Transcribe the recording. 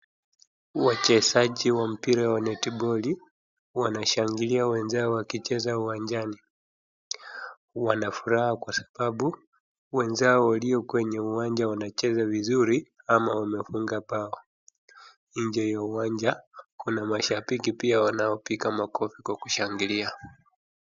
Wachezaji wa mpira wa netiboli wanashangilia wenzao wakicheza uwanjani. Wanafuraha kwa sababu wenzao walio kwenye uwanja wanacheza vizuri ama wamefuga mbao. Nje ya uwanja, kuna mashambiki pia wanaopiga makofi kwa kushangilia.